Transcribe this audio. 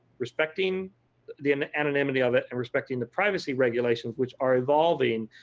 respecting the and anonymity of it, and respecting the privacy regulations, which are evolving.